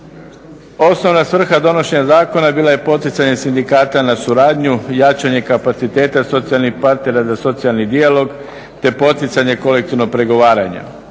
Osnovna svrha donošenja zakona bila je poticanje sindikata na suradnju, jačanje kapaciteta socijalnih partnera za socijalni dijalog te poticanje kolektivnog pregovaranja.